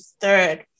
third